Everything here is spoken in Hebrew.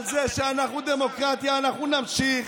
את המלחמה על זה שאנחנו דמוקרטיה אנחנו נמשיך,